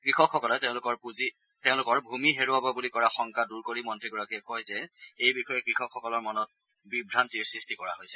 কৃষকসকলে তেওঁলোকৰ ভূমি হেৰুৱাব বুলি কৰা শংকা দূৰ কৰি মন্ত্ৰীগৰাকীয়ে কয় যে এই বিষয়ে কৃষকসকলৰ মনত বিভ্ৰান্তিৰ সৃষ্টি কৰিছে